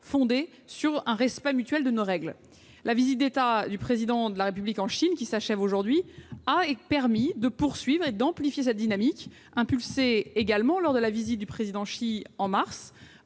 fondées sur un respect mutuel de nos règles. La visite d'État du Président de la République en Chine qui s'achève aujourd'hui a permis de poursuivre et d'amplifier cette dynamique, impulsée également lors de la visite du Président Xi Jinping